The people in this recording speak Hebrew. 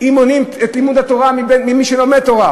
מונעים את לימוד התורה ממי שלומד תורה.